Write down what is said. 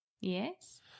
Yes